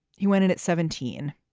he went in at seventeen.